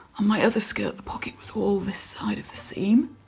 on my other skirt the pocket was all this side of the seam.